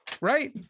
Right